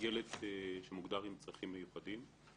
ילד שמוגדר עם צרכים מיוחדים.